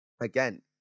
again